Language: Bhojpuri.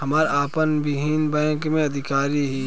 हमार आपन बहिनीई बैक में अधिकारी हिअ